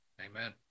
Amen